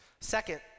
Second